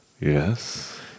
Yes